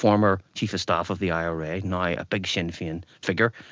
former chief of staff of the ira, now a big sinn fein figure.